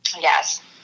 Yes